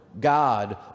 God